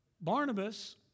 Barnabas